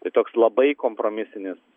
tai toks labai kompromisinis